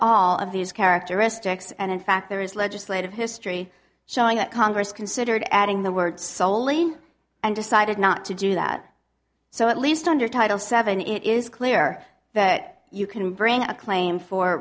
all of these characteristics and in fact there is legislative history showing that congress considered adding the word solely and decided not to do that so at least under title seven it is clear that you can bring a claim for